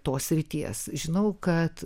tos srities žinau kad